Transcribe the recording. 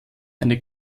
eine